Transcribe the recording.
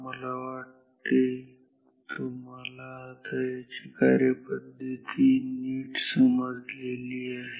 मला वाटते तुम्हाला आता याची कार्यपद्धती नीट समजलेली आहे